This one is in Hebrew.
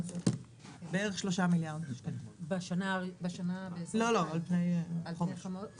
בערך שלושה מיליארד שקלים על פני חומש.